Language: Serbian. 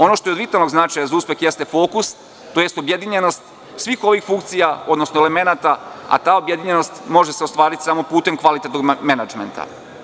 Ono što je od vitalnog značaja za uspeh jeste fokus, tj. objedinjenost svih ovih funkcija, odnosno elemenata, a ta objedinjenost može se ostvariti samo putem kvalitetnog menadžmenta.